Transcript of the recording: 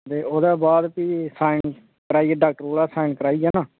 ते ओहदे बाद फ्ही साइन कराइयै डाक्टर कोला साइन कराइयै ना